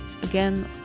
again